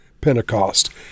Pentecost